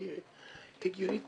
והיא הגיונית,